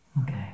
Okay